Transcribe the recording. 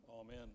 Amen